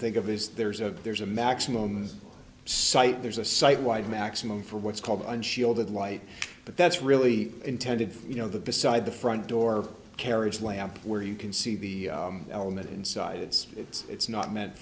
think of is there's a there's a maximum site there's a site wide maximum for what's called unshielded light but that's really intended for you know the beside the front door carriage lamp where you can see the element inside it's it's not meant